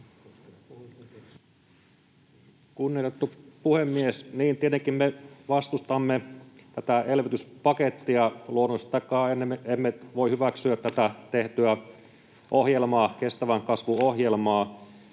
Kunnioitettu puhemies! Niin, tietenkin me vastustamme tätä elvytyspakettia, luonnollisesti, taikka emme voi hyväksyä tätä tehtyä ohjelmaa, kestävän kasvun ohjelmaa.